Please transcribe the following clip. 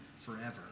forever